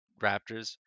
Raptors